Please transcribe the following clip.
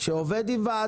שמתקשר גם, שעובד עם ועדות.